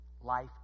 Life